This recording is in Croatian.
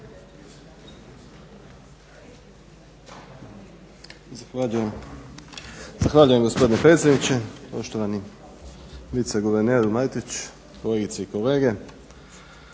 Zahvaljujem gospodine predsjedniče. Poštovani viceguverneru Matić, kolegice i kolege.